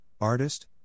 Artist